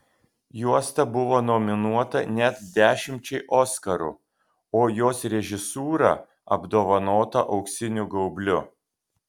juosta buvo nominuota net dešimčiai oskarų o jos režisūra apdovanota auksiniu gaubliu